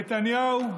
נתניהו,